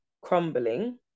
crumbling